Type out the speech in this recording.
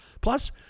Plus